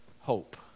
hope